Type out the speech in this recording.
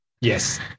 Yes